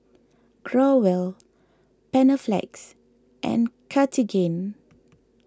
Growell Panaflex and Cartigain